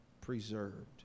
preserved